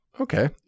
Okay